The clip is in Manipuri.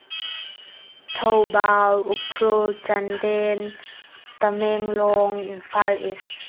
ꯊꯧꯕꯥꯜ ꯎꯈ꯭ꯔꯨꯜ ꯆꯥꯟꯗꯦꯜ ꯇꯥꯃꯦꯡꯂꯣꯡ ꯏꯝꯐꯥꯜ ꯏꯁ